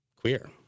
queer